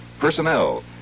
personnel